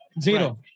Zero